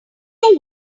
your